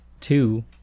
Two